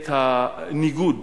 את הניגוד